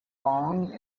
long